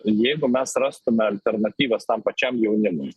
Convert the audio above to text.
jeigu mes rastume alternatyvas tam pačiam jaunimui